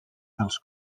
tals